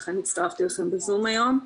לכן הצטרפתי אליכם בזום היום.